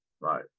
Right